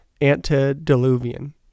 Antediluvian